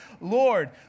Lord